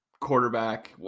quarterback